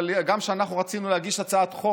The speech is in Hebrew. אבל גם כשאנחנו רצינו להגיש הצעת חוק